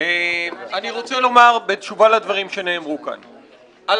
ראיתי גם את